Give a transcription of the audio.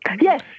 Yes